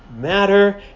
matter